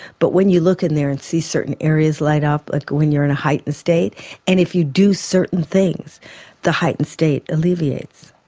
but when you look in there and see certain areas light up ah when you are in a heightened state and if you do certain things the heightened state alleviates.